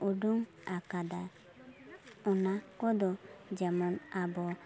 ᱩᱰᱩᱝ ᱟᱠᱟᱫᱟ ᱚᱱᱟ ᱠᱚᱫᱚ ᱡᱮᱢᱚᱱ ᱟᱵᱚ